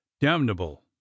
Damnable